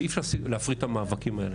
ואי אפשר להפריד את המאבקים האלה.